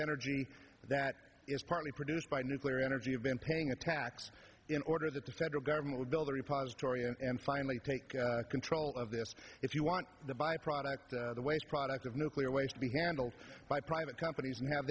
energy that is partly produced by nuclear energy have been paying a tax in order that the federal government would build a repository and finally take control of this if you want the byproduct the waste products of nuclear waste be handled by private companies and have